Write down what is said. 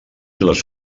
les